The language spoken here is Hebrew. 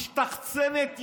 משתחצנת,